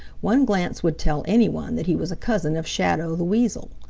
one glance would tell any one that he was a cousin of shadow the weasel.